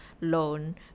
loan